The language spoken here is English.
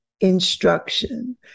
instruction